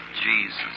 Jesus